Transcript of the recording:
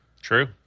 True